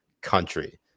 country